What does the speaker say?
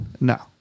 no